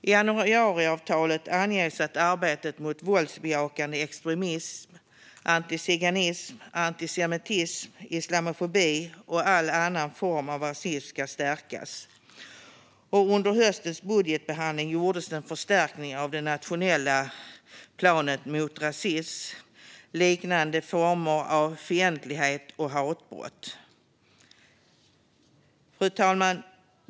I januariavtalet anges att arbetet mot våldsbejakande extremism, antiziganism, antisemitism, islamofobi och all annan form av rasism ska stärkas. Under höstens budgetbehandling gjordes en förstärkning av den nationella planen mot rasism och liknande former av fientlighet och hatbrott. Fru talman!